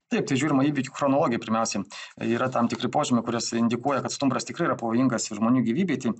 taip tai žiūrima įvykių chronologiją pirmiausiem yra tam tikri požymiai kuris indikuoja kad stumbras tikrai yra pavojingas žmonių gyvybei tai